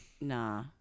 Nah